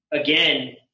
Again